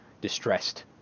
distressed